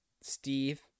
Steve